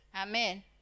Amen